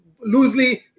Loosely